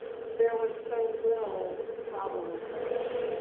there was so little problem with censorship.